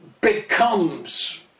becomes